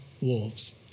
wolves